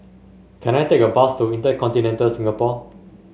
can I take a bus to InterContinental Singapore